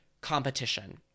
competition